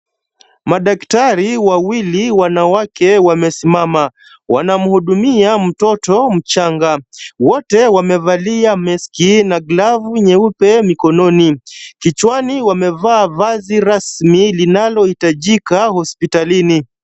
Madaktari wawili wanawake wamesimama. Wanamhudumia mtoto mchanga. Wote wamevalia meski na glavu nyeupe mikononi. Kichwani wamevaa vazi rasmi linalohitajika hospitalini.